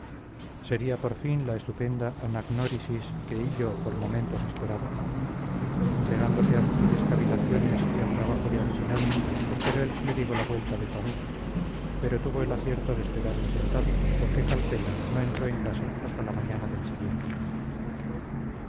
sería por fin la estupenda anagnórisis que hillo por momentos esperaba entregándose a sutiles cavilaciones y al trabajo de adivinar esperó el clérigo la vuelta de su amigo pero tuvo el acierto de esperarle sentado porque calpena no entró en casa hasta la mañana del siguiente día